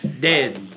dead